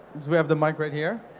we have the mic right here.